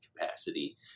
capacity